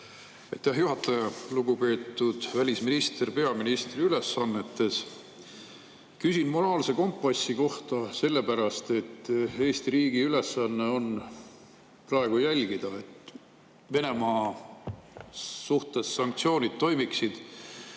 juhataja! Lugupeetud välisminister peaministri ülesannetes! Küsin moraalse kompassi kohta sellepärast, et Eesti riigi ülesanne on praegu jälgida, et Venemaa suhtes sanktsioonid toimiksid